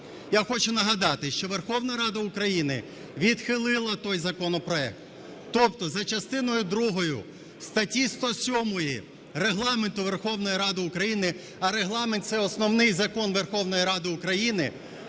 Я хочу нагадати, що Верховна Рада України відхилила той законопроект. Тобто за частиною другою статті 107 Регламенту Верховної Ради України - а Регламент - це основний закон Верховної Ради України,